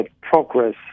progress